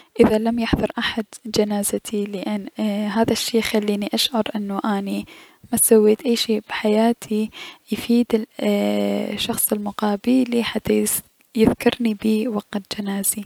اذا لم يحضر احد جنازتي لأن هذا الشي يخليني اشعر اني مسويت اي شي بحياتي يفيد الشخص المقابيلي حتى يس يذكرني بيه وقت جنازي.